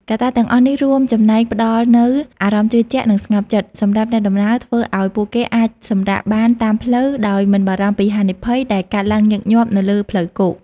កត្តាទាំងអស់នេះរួមចំណែកផ្តល់នូវ អារម្មណ៍ជឿជាក់ និងស្ងប់ចិត្ត សម្រាប់អ្នកដំណើរ ធ្វើឱ្យពួកគេអាចសម្រាកបានតាមផ្លូវដោយមិនបារម្ភពីហានិភ័យដែលកើតឡើងញឹកញាប់នៅលើផ្លូវគោក។